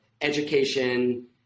education